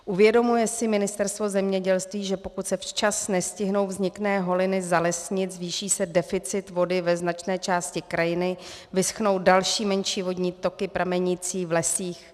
Uvědomuje si Ministerstvo zemědělství, že pokud se včas nestihnou vzniklé holiny zalesnit, zvýší se deficit vody ve značné části krajiny, vyschnou další menší vodní toky pramenící v lesích?